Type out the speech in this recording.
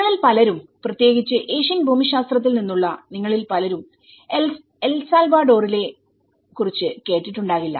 നിങ്ങളിൽ പലരുംപ്രത്യേകിച്ച് ഏഷ്യൻ ഭൂമിശാസ്ത്രത്തിൽ നിന്നുള്ള നിങ്ങളിൽ പലരും എൽ സാൽവഡോറിനെകുറിച്ച് കേട്ടിട്ടുണ്ടാകില്ല